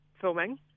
filming